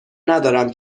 ندارم